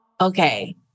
Okay